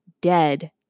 dead